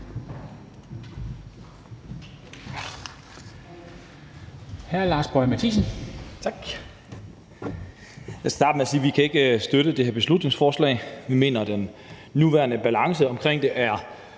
(Ordfører) Lars Boje Mathiesen (NB): Tak. Jeg vil starte med at sige, at vi ikke kan støtte det her beslutningsforslag. Vi mener, at den nuværende balance i det er